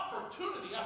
opportunity